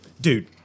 Dude